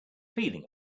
feeling